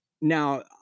Now